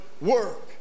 work